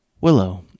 Willow